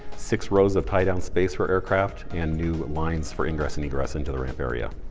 six rows of tie-down space for aircraft, and new lines for ingress and egress into the ramp area.